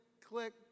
click